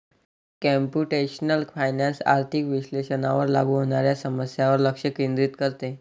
computational finance आर्थिक विश्लेषणावर लागू होणाऱ्या समस्यांवर लक्ष केंद्रित करते